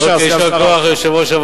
בבקשה, סגן שר האוצר.